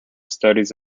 studies